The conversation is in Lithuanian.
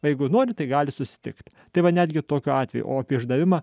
jeigu nori tai gali susitikt tai va netgi tokiu atveju o apie išdavimą